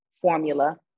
formula